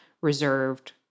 reserved